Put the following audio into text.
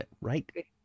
right